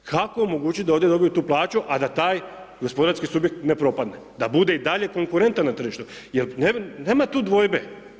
Kako omogući da ovdje dobiju tu plaću, a da taj gospodarski subjekt ne propadne, da bude i dalje konkurentan na tržištu, jel nema tu dvojbe.